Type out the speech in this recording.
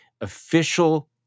official